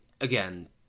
again